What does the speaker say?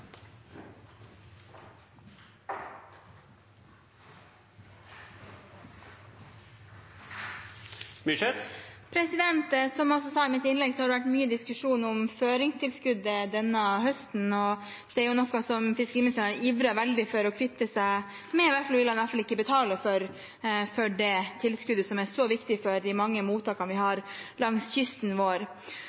Som jeg også sa i mitt innlegg, har det vært mye diskusjon om føringstilskuddet denne høsten. Det er jo noe fiskeriministeren har ivret veldig for å kvitte seg med – i hvert fall vil han ikke betale for det tilskuddet, som er så viktig for de mange mottakene vi har langs kysten vår.